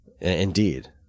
indeed